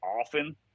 often